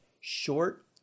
short